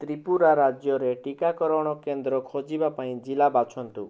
ତ୍ରିପୁରା ରାଜ୍ୟରେ ଟିକାକରଣ କେନ୍ଦ୍ର ଖୋଜିବା ପାଇଁ ଜିଲ୍ଲା ବାଛନ୍ତୁ